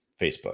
Facebook